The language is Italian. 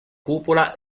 cupola